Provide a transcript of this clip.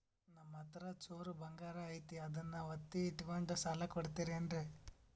ನಮ್ಮಹತ್ರ ಚೂರು ಬಂಗಾರ ಐತಿ ಅದನ್ನ ಒತ್ತಿ ಇಟ್ಕೊಂಡು ಸಾಲ ಕೊಡ್ತಿರೇನ್ರಿ?